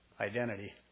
identity